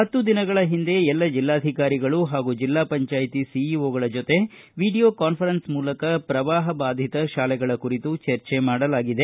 ಪತ್ತು ದಿನಗಳ ಹಿಂದೆ ಎಲ್ಲ ಜಿಲ್ಲಾಧಿಕಾರಿಗಳು ಹಾಗೂ ಜಿಲ್ಲಾ ಪಂಚಾಯ್ತಿ ಸಿಇಓಗಳ ಜೊತೆಗೆ ವಿಡಿಯೋ ಕಾನ್ಫರನ್ಸ್ ಮೂಲಕ ಪ್ರವಾಪ ಬಾಧಿತ ಶಾಲೆಗಳ ಕುರಿತು ಚರ್ಚೆ ಮಾಡಲಾಗಿದೆ